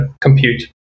compute